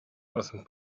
nothing